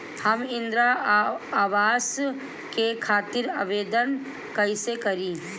हम इंद्रा अवास के खातिर आवेदन कइसे करी?